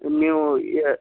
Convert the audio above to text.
ನೀವು ಏ